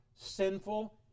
sinful